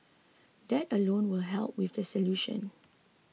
that alone will help in the solution